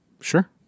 Sure